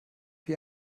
wie